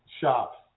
shops